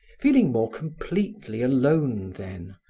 feeling more completely alone then,